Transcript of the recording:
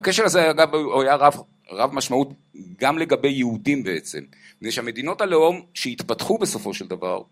הקשר הזה היה רב משמעות גם לגבי יהודים בעצם, בגלל שהמדינות הלאום שהתפתחו בסופו של דבר